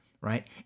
Right